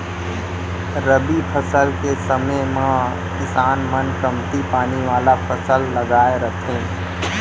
रबी फसल के समे म किसान मन कमती पानी वाला फसल लगाए रथें